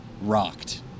rocked